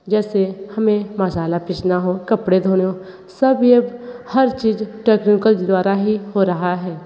जैसे हमें मसाला पीसना हो कपड़े धोने हो सब यह हर चीज़ टेक्निकल द्वारा ही हो रहा है